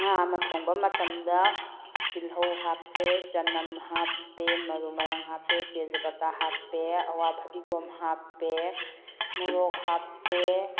ꯉꯥ ꯑꯃ ꯊꯣꯡꯕ ꯃꯇꯝꯗ ꯇꯤꯂꯧ ꯍꯥꯞꯄꯦ ꯆꯅꯝ ꯍꯥꯞꯄꯦ ꯃꯔꯨ ꯃꯔꯥꯡ ꯍꯥꯞꯄꯦ ꯇꯦꯖ ꯄꯇꯥ ꯍꯥꯞꯄꯦ ꯑꯋꯥ ꯐꯗꯤꯒꯣꯝ ꯍꯥꯞꯄꯦ ꯃꯣꯔꯣꯛ ꯍꯥꯞꯄꯦ